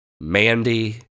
Mandy